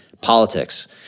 politics